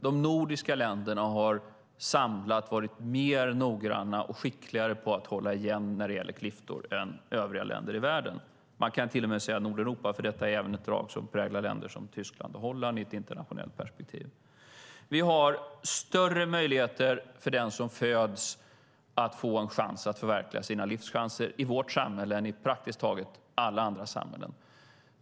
De nordiska länderna har samlat varit mer noggranna och skickligare på att hålla igen när det gäller klyftor än övriga länder i världen. Man kan till och med säga att det gäller Nordeuropa, för detta är ett drag som även präglar länder som Tyskland och Holland i ett internationellt perspektiv. Vi har större möjligheter för den som föds att förverkliga sina livschanser i vårt samhälle än i praktiskt taget alla andra samhällen.